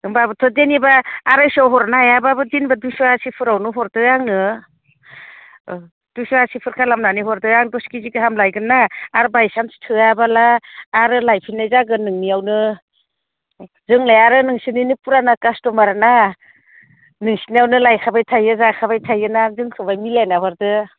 होमब्लाबोथ' जेनेबा आरायस'आव हरनो हायाब्लाबो जेन'बा दुइस' आरसि फोरावनो हरदो आंनो दुइस'आसिफोर खालामनानै हरदो आरो दस केजि गाहाम लायगोन आं बायसानस थोआ बोला आरो लायफिननाय जागोन नोंनियावनो जोंलाय आरो नोंसोरनिनो फुराना कास्ट'मार ना नोंसिनियावनो लायखाबाय थायो जाखाबाय थायोना जोंखोहाय मिलायना हरदो